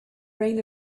reign